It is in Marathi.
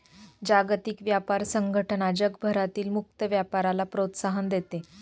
जागतिक व्यापार संघटना जगभरातील मुक्त व्यापाराला प्रोत्साहन देते